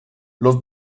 los